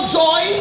joy